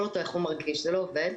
אותו איך הוא מרגיש זה לא עובד.